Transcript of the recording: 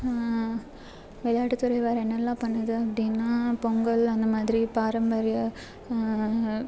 விளையாட்டுத்துறை வேற என்னலாம் பண்ணுது அப்படின்னா பொங்கல் அந்த மாதிரி பாரம்பரிய